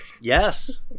Yes